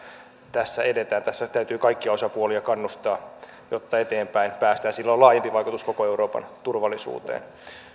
tässä edetään tässä täytyy nyt kaikkia osapuolia kannustaa jotta eteenpäin päästään sillä on laajempi vaikutus koko euroopan turvallisuuteen